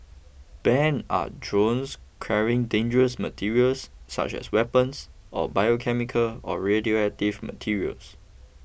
banned are drones carrying dangerous materials such as weapons or biochemical or radioactive materials